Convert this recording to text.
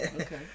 okay